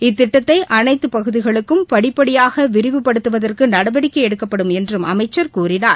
இத்திட்டத்தைஅனைத்தப் பகுதிகளுக்கும் படிப்படியாகவிரிவுபடுத்துவதற்குநடவடிக்கைஎடுக்கப்படும் என்றும் அமைச்சர் கூறினார்